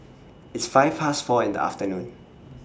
its five Past four in The afternoon